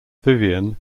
vivian